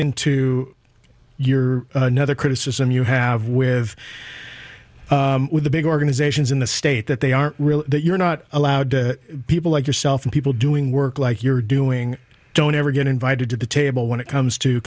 into your other criticism you have with the big organizations in the state that they aren't really that you're not allowed to people like yourself and people doing work like you're doing don't ever get invited to the table when it comes to